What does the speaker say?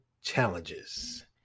Challenges